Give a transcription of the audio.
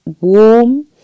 warm